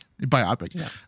Biopic